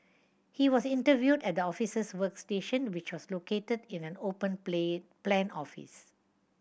he was interviewed at the officers workstation which was located in an open play plan office